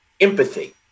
empathy